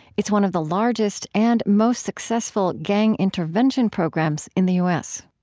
it's one of the largest and most successful gang intervention programs in the u s